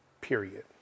Period